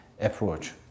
approach